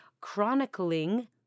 chronicling